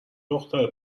دختره